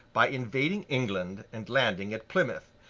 by invading england and landing at plymouth,